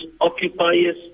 occupiers